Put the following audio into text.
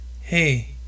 Hey